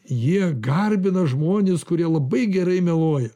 jie garbina žmones kurie labai gerai meluoja